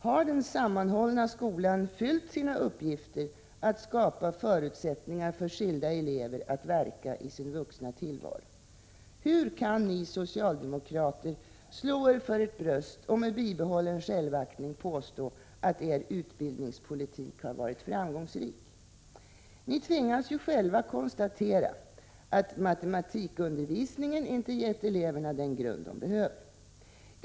Har den sammanhållna skolan fullgjort sina uppgifter att skapa förutsättningar för skilda elever att verka i sin vuxna tillvaro? Hur kan ni socialdemokrater slå er för ert bröst och med bibehållen självaktning påstå att er utbildningspolitik har varit framgångsrik? Ni tvingas ju själva konstatera, att matematikundervisningen inte gett eleverna den grund de behöver.